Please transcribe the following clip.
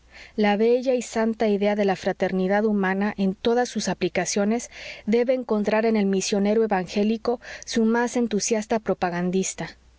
la bella y santa idea de la fraternidad humana en todas sus aplicaciones debe encontrar en el misionero evangélico su más entusiasta propagandista